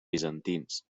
bizantins